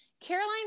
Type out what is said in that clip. Caroline